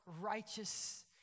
righteous